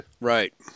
Right